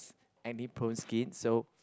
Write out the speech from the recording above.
acne prone skin so